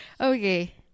Okay